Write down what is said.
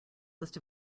list